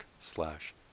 slash